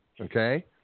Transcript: Okay